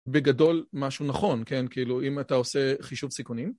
בגדול משהו נכון, כן? כאילו, אם אתה עושה חישוב סיכונים